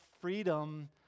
freedom